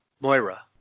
Moira